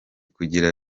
kugira